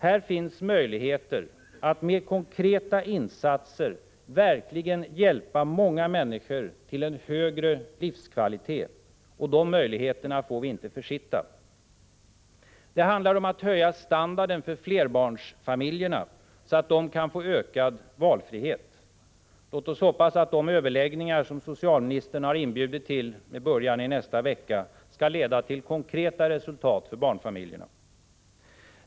Här finns möjligheter att med konkreta insatser verkligen hjälpa många människor till en högre livskvalitet. De möjligheterna får vi inte försitta. Det handlar om att höja standarden för flerbarnsfamiljerna, så att de kan få ökad valfrihet. Låt oss hoppas att de överläggningar som socialministern har inbjudit till med början nästa vecka kan leda till konkreta resultat för barnfamiljerna.